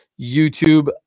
YouTube